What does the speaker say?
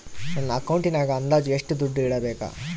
ನನ್ನ ಅಕೌಂಟಿನಾಗ ಅಂದಾಜು ಎಷ್ಟು ದುಡ್ಡು ಇಡಬೇಕಾ?